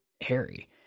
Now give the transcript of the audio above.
Harry